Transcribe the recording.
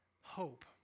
hope